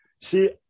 See